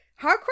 hardcore